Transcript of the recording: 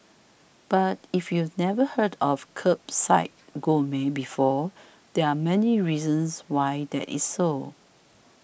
but if you've never heard of Kerbside Gourmet before there are many reasons why that is so